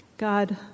God